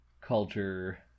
culture